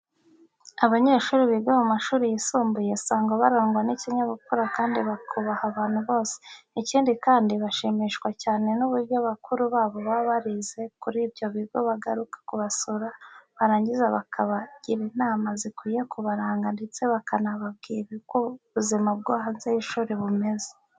Abanyeshuri biga mu mashuri yisumbuye usanga barangwa n'ikinyabupfura kandi bakubaha abantu bose. Ikindi kandi bashimishwa cyane n'uburyo bakuru babo baba barize kuri ibyo bigo bagaruka kubasura barangiza bakabagira inama zikwiye kubaranga ndetse bakanababwira uko ubuzima bwo hanze y'ishuri bumeze.